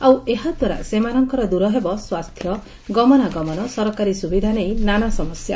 ଆଉ ଏହା ଦ୍ୱାରା ସେମାନଙ୍କର ଦୂର ହେବ ସ୍ୱାସ୍ଥ୍ୟ ଗମନାଗମନ ସରକାରୀ ସୁବିଧା ନେଇ ନାନା ସମସ୍ୟା